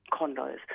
condos